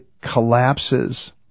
collapses